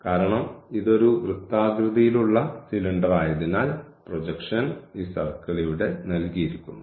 കാരണം ഇത് ഒരു വൃത്താകൃതിയിലുള്ള സിലിണ്ടറായതിനാൽ പ്രൊജക്ഷൻ ഈ സർക്കിൾ ഇവിടെ നൽകിയിരിക്കുന്നു